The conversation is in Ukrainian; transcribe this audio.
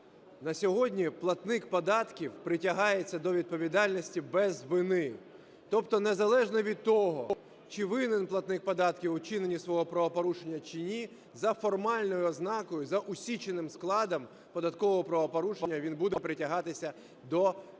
На сьогодні платник податків притягається до відповідальності без вини. Тобто незалежно від того, чи винен платник податків у вчинені свого правопорушення, чи ні, за формальною ознакою, за усіченим складом податкового правопорушення він буде притягатися до фінансової відповідальності.